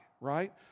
right